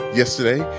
yesterday